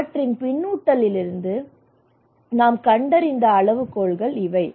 எனவே அவற்றின் பின்னூட்டத்திலிருந்து நாம் கண்டறிந்த அளவுகோல்கள் இவை